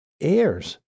heirs